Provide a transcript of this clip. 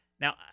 Now